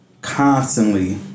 constantly